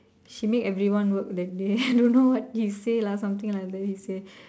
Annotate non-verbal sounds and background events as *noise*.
she make everyone work that day *laughs* I don't know what he say lah something like that he say